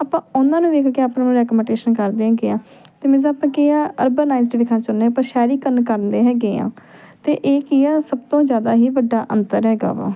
ਆਪਾਂ ਉਹਨਾਂ ਨੂੰ ਵੇਖ ਕੇ ਆਪਾਂ ਨੂੰ ਰੈਕਮੋਟੇਸ਼ਨ ਕਰਦੇ ਹੈਗੇ ਹਾਂ ਅਤੇ ਮੀਨਜ਼ ਆਪਾਂ ਕੀ ਆ ਅਰਬਨਾਈਜ਼ਡ ਵੇਖਣਾ ਚਾਹੁੰਦੇ ਆਪਾਂ ਸ਼ਹਿਰੀਕਰਨ ਕਰਨ ਡਏ ਹੈਗੇ ਹਾਂ ਅਤੇ ਇਹ ਕੀ ਹੈ ਸਭ ਤੋਂ ਜ਼ਿਆਦਾ ਹੀ ਵੱਡਾ ਅੰਤਰ ਹੈਗਾ ਵਾ